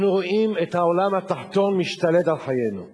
אנחנו רואים את העולם התחתון משתלט על חיינו יום-יום.